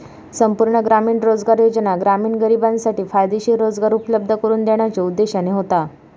संपूर्ण ग्रामीण रोजगार योजना ग्रामीण गरिबांसाठी फायदेशीर रोजगार उपलब्ध करून देण्याच्यो उद्देशाने होता